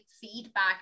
feedback